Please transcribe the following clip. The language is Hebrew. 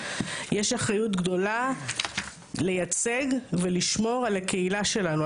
יש אחריות גדולה לייצג ולשמור על הקהילה שלנו,